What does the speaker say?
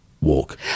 walk